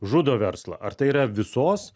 žudo verslą ar tai yra visos